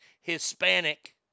Hispanic